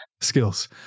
Skills